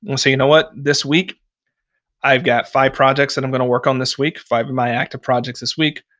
we'll say, you know what this week i've got five projects that i'm going to work on this week, five of my active projects this week.